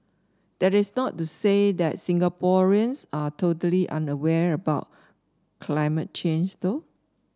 that is not to say that Singaporeans are totally unaware about climate change though